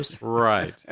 Right